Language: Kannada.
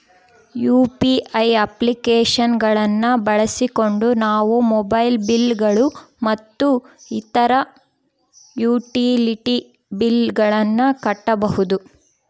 ಯು.ಪಿ.ಐ ಅಪ್ಲಿಕೇಶನ್ ಗಳನ್ನ ಬಳಸಿಕೊಂಡು ನಾವು ಮೊಬೈಲ್ ಬಿಲ್ ಗಳು ಮತ್ತು ಇತರ ಯುಟಿಲಿಟಿ ಬಿಲ್ ಗಳನ್ನ ಕಟ್ಟಬಹುದು